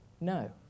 No